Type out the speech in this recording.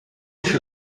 wash